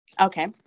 Okay